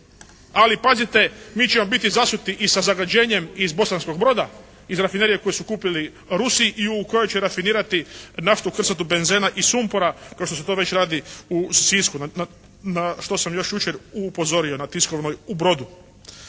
Ali pazite, mi ćemo biti zasuti i sa zagađenjem iz Bosanskog Broda iz rafinerije koju su kupili Rusi i u kojoj će rafinirati naftu krcatu benzena i sumpora kao što se to već radi u Sisku, na što sam još jučer upozorio na tiskovnoj u Brodu.